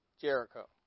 Jericho